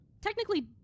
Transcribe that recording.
technically